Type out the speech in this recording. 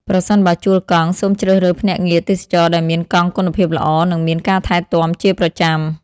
ប្រសិនបើជួលកង់ សូមជ្រើសរើសភ្នាក់ងារទេសចរណ៍ដែលមានកង់គុណភាពល្អ និងមានការថែទាំជាប្រចាំ។